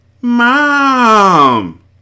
Mom